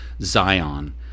Zion